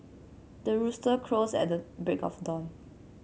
the rooster crows at the break of dawn